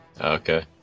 Okay